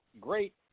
great